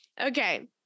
Okay